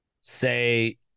say